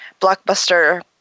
blockbuster